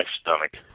stomach